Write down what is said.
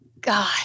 God